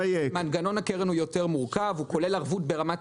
מנגנון הקרן הוא יותר מורכב: הוא כולל ערבות ברמת